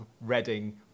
Reading